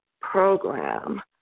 program